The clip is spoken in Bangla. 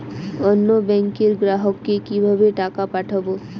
অন্য ব্যাংকের গ্রাহককে কিভাবে টাকা পাঠাবো?